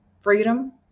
freedom